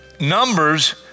Numbers